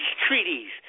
treaties